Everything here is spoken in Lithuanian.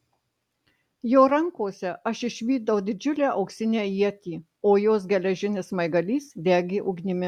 jo rankose aš išvydau didžiulę auksinę ietį o jos geležinis smaigalys degė ugnimi